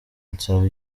nsaba